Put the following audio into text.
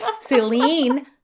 Celine